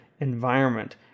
environment